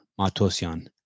Matosian